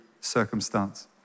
circumstance